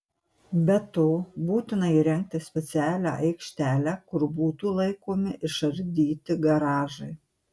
be to būtina įrengti specialią aikštelę kur būtų laikomi išardyti garažai